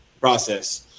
process